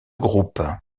groupe